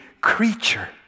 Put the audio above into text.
creature